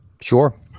Sure